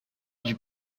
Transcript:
l’air